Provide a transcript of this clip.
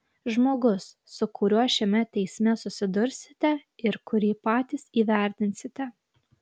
žmogus su kuriuo šiame teisme susidursite ir kurį patys įvertinsite